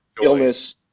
illness